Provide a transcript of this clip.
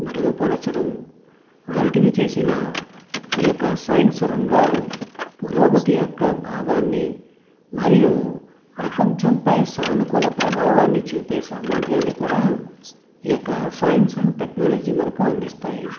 మెరుగుపరచడం వంటివి చేసినా ఈ యొక్క సైన్స్ రంగాల పురోగతి యొక్క భావాన్ని మరియు ప్రపంచంపై సానుకూల ప్రభావాన్ని చూపే సామర్థ్యాన్ని కూడా ఈ యొక్క సైన్స్ అండ్ టెక్నాలజీ మనకు అందిస్తాయి